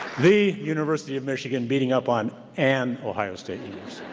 the university of michigan beating up on and ohio state